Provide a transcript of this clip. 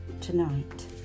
tonight